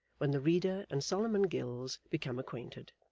when the reader and solomon gills become acquainted.